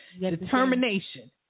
Determination